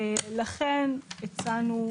לכן הצענו,